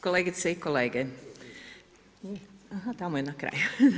Kolegice i kolege, aha tamo je na kraju.